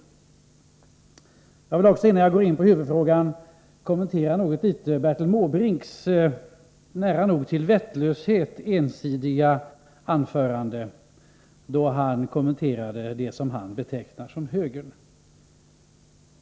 Jag skulle kanske också, innan jag går in på huvudfrågan, något litet kommentera Bertil Måbrinks nära nog till vettlöshet ensidiga anförande, då han talade om det han betecknar som högern.